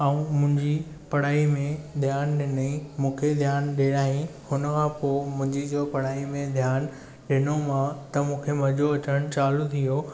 ऐं मुंहिंजी पढ़ाई में ध्यान ॾिनई मूंखे ध्यान ॾियाराई हुन खां पो मुंहिंजी पढ़ाई में ध्यानु ॾिनो मां त मूंखे मज़ो अचणु चालू थी वियो